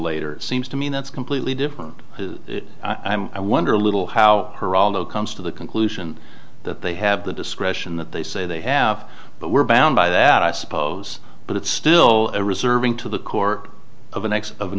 later seems to me that's completely different i wonder a little how geraldo comes to the conclusion that they have the discretion that they say they have but we're bound by that i suppose but it's still a reserving to the core of the next of an